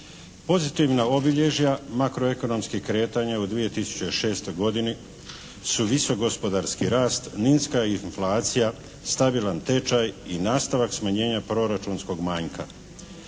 Pozitivna obilježja makroekonomskih kretanja u 2006. godini su visok gospodarski rast, niska inflacija, stabilan tečaj i nastavak smanjenja proračunskog manjka.